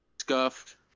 scuffed